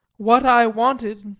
what i wanted.